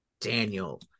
daniel